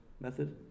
method